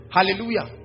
Hallelujah